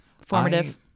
Formative